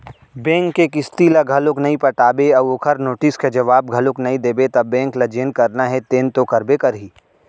bank के किस्ती ल घलोक नइ पटाबे अउ ओखर नोटिस के जवाब घलोक नइ देबे त बेंक ल जेन करना हे तेन तो करबे करही